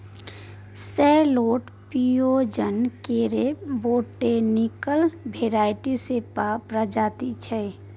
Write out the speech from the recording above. सैलोट पिओज केर botanical variety सेपा प्रजाति छै